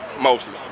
mostly